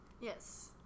Yes